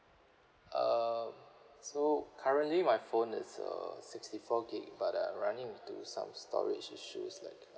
uh so currently my phone is uh sixty four gig but uh running into some storage issues like